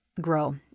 grow